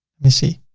me see.